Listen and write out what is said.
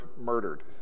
murdered